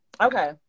Okay